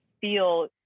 feel